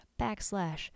backslash